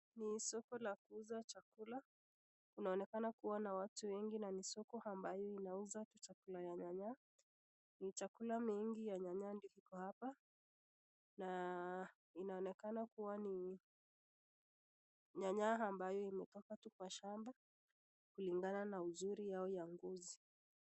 Ni soko la kuuza chakula. Kunaonekana kuwa na watu wengi na ni soko ambayo inauza chakula ya nyanya. Ni chakula mingi ya nyanya ndio iko hapa na inaonekana kuwa ni nyanya ambayo imetoka tu kwa shamba kulingana na uzuri yao ya ngozi.